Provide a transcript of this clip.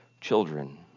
children